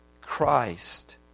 Christ